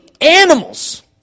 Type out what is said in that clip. animals